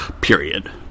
Period